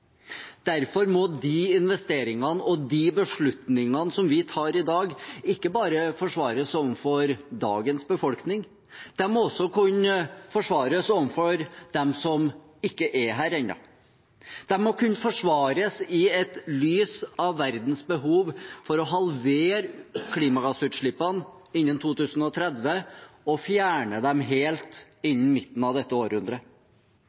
Derfor må de investeringene vi gjør og de beslutningene vi tar i dag, ikke bare forsvares overfor dagens befolkning, de må også kunne forsvares overfor dem som ikke er her ennå. De må kunne forsvares i lys av verdens behov for å halvere klimagassutslippene innen 2030 og fjerne dem helt